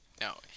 No